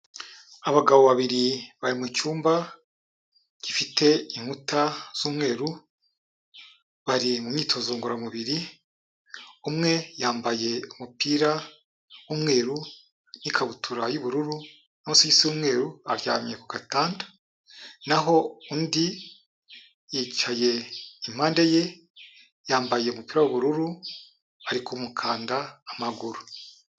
Abagabo babiri bari mu cyumba gifite inkuta z'umweru, bari mu myitozo ngororamubiri, umwe yambaye umupira w'umweru n'ikabutura y'ubururu n'amasogisi y'umweru aryamye ku gatanda, naho undi yicaye impande ye, yambaye umupira w'ubururu ari kumukanda amaguru.